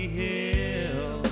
hill